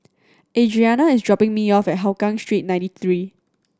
Adriana is dropping me off at Hougang Street Ninety Three